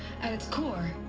at its core.